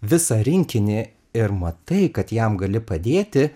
visą rinkinį ir matai kad jam gali padėti